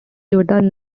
include